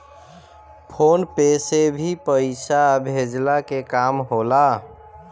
phone पे से भी पईसा भेजला के काम होला